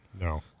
No